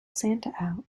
santa